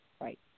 Right